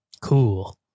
cool